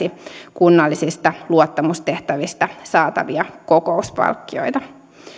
kunnallisista luottamustehtävistä saatavia kokouspalkkioita